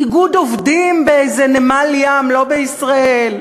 איגוד עובדים באיזה נמל ים לא בישראל,